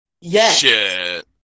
Yes